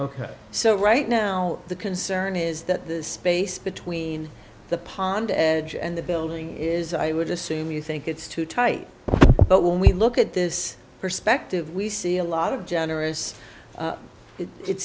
ok so right now the concern is that the space between the pond and the building is i would assume you think it's too tight but when we look at this perspective we see a lot of generous